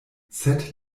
sed